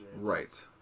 Right